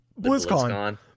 Blizzcon